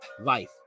life